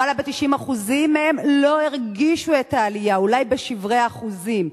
למעלה מ-90% מהם לא הרגישו את העלייה אלא אולי בשברי אחוזים.